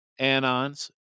anons